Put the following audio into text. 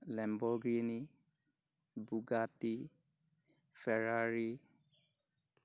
Lamborghini Bugatti Ferrari